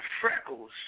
freckles